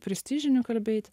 prestižinių kalbėt